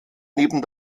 neben